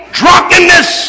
drunkenness